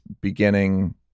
beginning